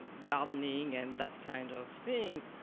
gardening and that kind of things.